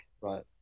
right